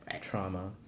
trauma